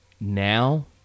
now